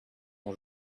son